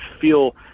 feel